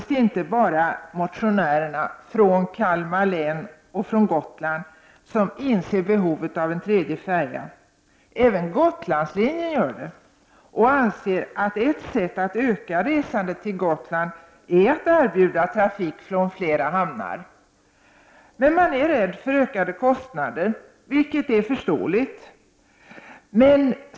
Det är inte bara motionärerna från Kalmar län och från Gotland som inser behovet av en tredje färja. Även Gotlandslinjen gör det och anser att ett sätt att öka resandet till Gotland är att erbjuda trafik från flera hamnar. Men man är rädd för ökade kostnader, vilket är förståeligt.